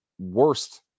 worst